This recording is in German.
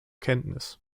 kenntnis